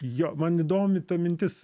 jo man įdomi ta mintis